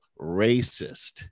racist